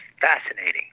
fascinating